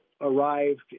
arrived